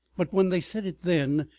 but when they said it then,